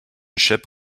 ship